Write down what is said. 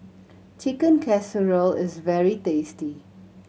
Chicken Casserole is very tasty